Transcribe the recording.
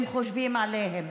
אם חושבים עליהם.